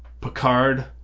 Picard